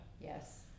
Yes